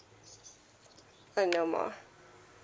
uh no more